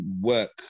work